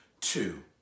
two